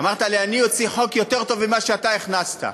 אמרת לי: אני אוציא חוק יותר טוב ממה שאתה הכנסת.